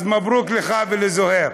אז מברוכ לך ולזוהיר.